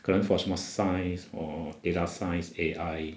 可能 for 什么 science or data science A_I